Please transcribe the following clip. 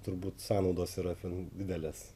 turbūt sąnaudos yra ten didelės